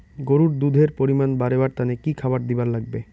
গরুর দুধ এর পরিমাণ বারেবার তানে কি খাবার দিবার লাগবে?